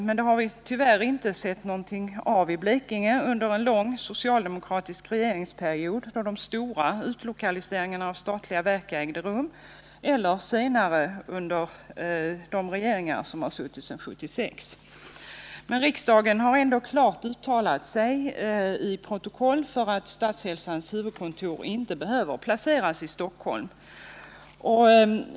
Men det har vi inte sett något av i Blekinge, varken under den långa socialdemokratiska regeringsperioden, då de stora utlokaliseringarna av statliga verk ägde rum, eller under tiden från 1976, då vi har haft borgerliga regeringar. Riksdagen har ändå klart uttalat sig för att Statshälsans huvudkontor inte behöver placeras i Stockholm.